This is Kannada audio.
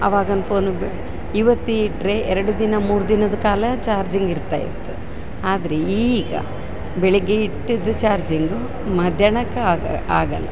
ಅವಾಗಿನ ಫೋನು ಇವತ್ತು ಇಟ್ಟರೆ ಎರಡು ದಿನ ಮೂರು ದಿನದ ಕಾಲ ಚಾರ್ಜಿಂಗಿರ್ತಾಯಿತ್ತು ಆದರೆ ಈಗ ಬೆಳಗ್ಗೆ ಇಟ್ಟಿದ ಚಾರ್ಜಿಂಗು ಮಧ್ಯಾಹ್ನಕ್ಕಾಗಿ ಆಗಲ್ಲ